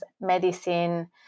medicine